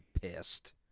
pissed